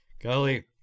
Golly